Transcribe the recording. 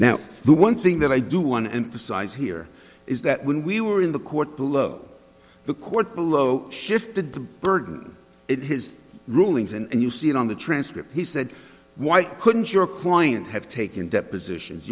now the one thing that i do want to emphasize here is that when we were in the court below the court below shifted the burden of his rulings and you see it on the transcript he said why couldn't your client have taken depositions